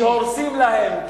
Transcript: כי הורסים להם,